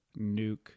nuke